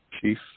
Chief